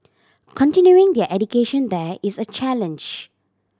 continuing their education there is a challenge